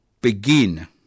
begin